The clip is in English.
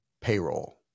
payroll